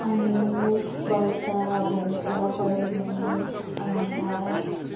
Annu Varsha Bhumika Sarojini Anamika